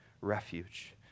refuge